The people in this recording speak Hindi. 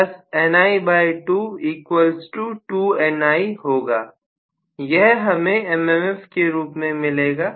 यह हम mmf के रूप में मिलेगा